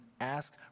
ask